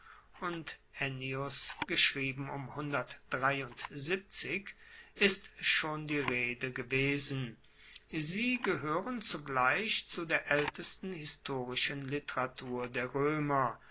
und ennius ist schon die rede gewesen sie gehoeren zugleich zu der aeltesten historischen literatur der roemer